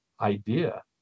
idea